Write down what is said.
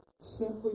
simply